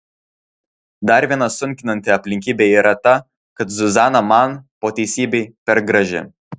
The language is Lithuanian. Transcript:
dar viena sunkinanti aplinkybė yra ta kad zuzana man po teisybei per graži